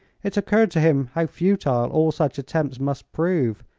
it occurred to him how futile all such attempts must prove.